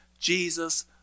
Jesus